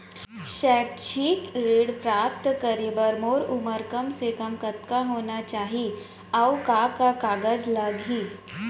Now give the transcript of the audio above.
शैक्षिक ऋण प्राप्त करे बर मोर उमर कम से कम कतका होना चाहि, अऊ का का कागज लागही?